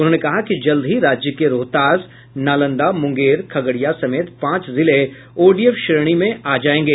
उन्होंने कहा कि जल्द ही राज्य के रोहतास नालंदा मुंगेर खगड़िया समेत पांच जिले ओडीएफ श्रेणी में आ जायेंगे